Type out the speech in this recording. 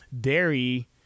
Dairy